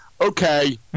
Okay